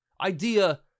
idea